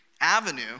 avenue